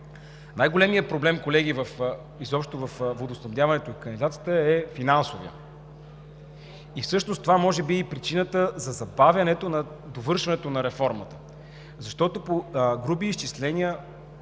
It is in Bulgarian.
Най-големият проблем, колеги, изобщо във водоснабдяването и канализацията, е финансовият. Всъщност може би това е причината за забавянето на довършването на реформата, защото по груби изчисления